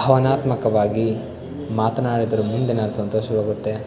ಭಾವನಾತ್ಮಕವಾಗಿ ಮಾತನಾಡಿದರೆ ಮುಂದೆನ ಸಂತೋಷವಾಗುತ್ತೆ